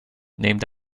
named